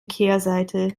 kehrseite